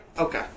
okay